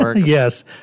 Yes